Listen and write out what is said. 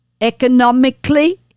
economically